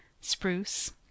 spruce